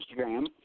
Instagram